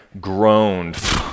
groaned